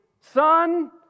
son